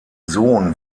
sohn